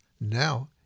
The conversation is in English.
Now